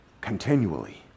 continually